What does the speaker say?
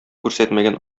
күрсәтмәгән